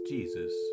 Jesus